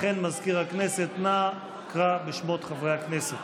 לכן, מזכיר הכנסת, נא קרא בשמות חברי הכנסת.